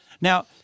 Now